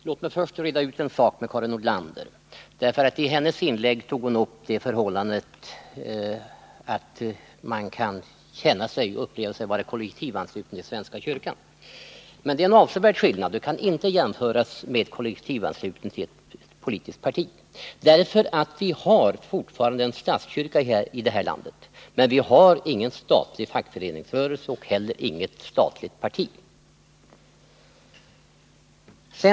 Herr talman! Låt mig först reda ut en sak med Karin Nordlander. I sitt Onsdagen den inlägg tog hon upp det förhållandet att man kan känna sig som kollektivan 14 november 1979 sluten till svenska kyrkan. Men det är en avsevärd skillnad, det kan inte jämföras med kollektivanslutning till ett politiskt parti. Vi har nämligen Förbud mot kolfortfarande en statskyrka i detta land, men vi har ingen statlig fackföreningsrörelse och heller inget statligt parti.